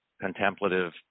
contemplative